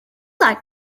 that